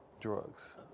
drugs